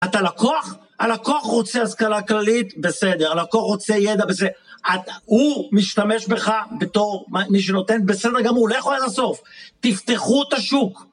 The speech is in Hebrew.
אתה לקוח? הלקוח רוצה השכלה כללית? בסדר. הלקוח רוצה ידע? בסדר. הוא משתמש בך בתור מי שנותן? בסדר גמור, לכו עד הסוף. תפתחו את השוק.